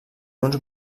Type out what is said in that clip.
uns